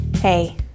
Hey